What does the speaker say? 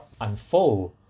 unfold